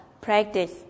practice